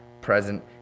present